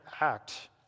act